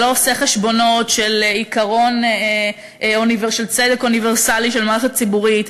אתה לא עושה חשבונות של עיקרון של צדק אוניברסלי של מערכת ציבורית.